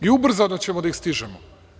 I ubrzano ćemo da ih stižemo.